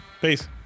peace